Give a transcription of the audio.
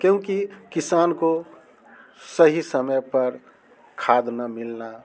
क्योंकि किसान को सही समय पर खाद न मिलना